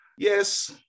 Yes